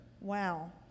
Wow